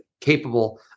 Capable